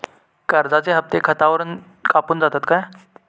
कर्जाचे हप्ते खातावरून कापून जातत काय?